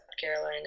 Carolina